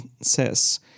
says